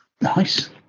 Nice